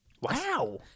Wow